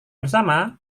bersama